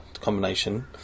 combination